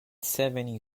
seven